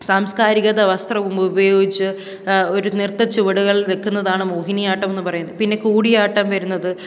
സാംസ്കാരികത വസ്ത്രവും ഉപയോഗിച്ച് ഒരു നൃത്തച്ചുവടുകൾ വയ്ക്കുന്നതാണ് മോഹിനിയാട്ടമെന്ന് പറയുന്നത് പിന്നെ കൂടിയാട്ടം വരുന്നത്